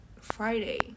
Friday